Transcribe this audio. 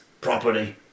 Property